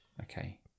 Okay